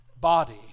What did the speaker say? body